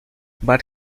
but